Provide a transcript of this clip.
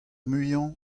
muiañ